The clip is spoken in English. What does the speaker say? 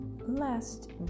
last